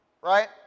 right